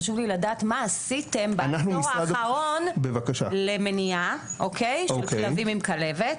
חשוב לי לדעת מה עשיתם בעשור האחרון למניעה של כלבים עם כלבת,